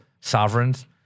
sovereigns